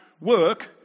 work